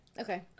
Okay